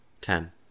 Ten